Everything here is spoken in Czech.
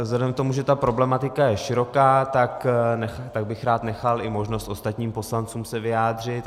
Vzhledem k tomu, že ta problematika je široká, tak bych rád nechal i možnost ostatním poslancům se vyjádřit.